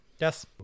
yes